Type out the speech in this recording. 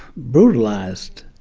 brutalized.